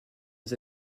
les